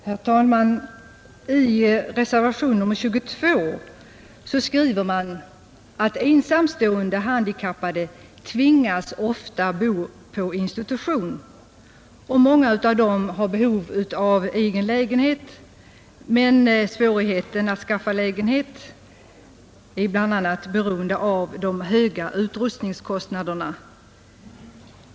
Herr talman! I reservation nr 22 anförs att ensamstående handikappade ofta tvingas bo på institution, att många av dem är i stort behov av egen lägenhet men att det är svårt för dem att skaffa sig en lägenhet på grund av de höga utrustningskostnaderna.